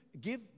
give